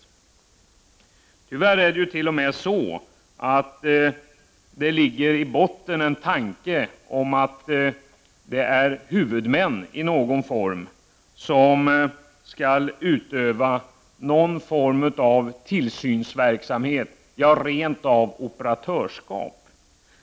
Tyvärr finns det i botten t.o.m. en tanke om att något slags huvudmän skall utöva någon form av tillsynsverksamhet, ja, rent av operatörsskap.